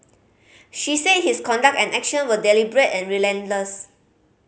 she said his conduct and action were deliberate and relentless